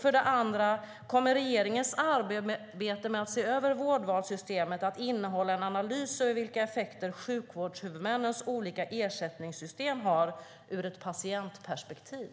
För det andra: Kommer regeringens arbete med att se över vårdvalssystemet att innehålla en analys av vilka effekter sjukvårdshuvudmännens olika ersättningssystem har ur ett patientperspektiv?